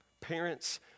Parents